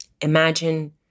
imagine